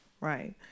Right